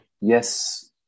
Yes